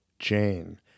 Jane